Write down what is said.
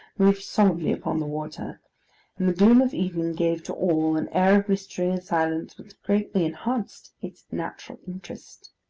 moved solemnly upon the water and the gloom of evening gave to all an air of mystery and silence which greatly enhanced its natural interest.